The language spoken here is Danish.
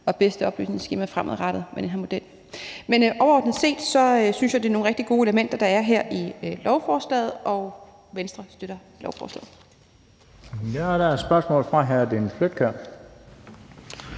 og bedste oplysningsskema fremadrettet med den her model. Men overordnet set synes jeg, det er nogle rigtig gode elementer, der er her i lovforslaget, og Venstre støtter lovforslaget.